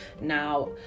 Now